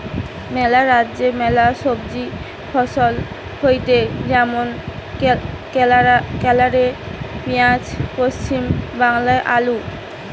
ম্যালা রাজ্যে ম্যালা সবজি ফসল হয়টে যেমন কেরালে পেঁয়াজ, পশ্চিম বাংলায় আলু